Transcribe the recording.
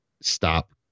stop